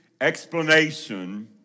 explanation